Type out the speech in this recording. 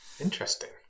Interesting